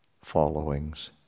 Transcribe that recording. followings